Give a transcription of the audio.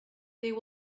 there